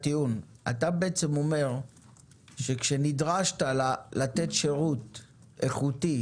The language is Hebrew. אתה בעצם אומר שכשנדרשת לתת שירות איכותי